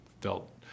felt